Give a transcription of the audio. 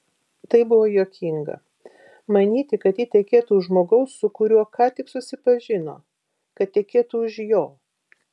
tai buvo juokinga manyti kad ji tekėtų už žmogaus su kuriuo ką tik susipažino kad tekėtų už jo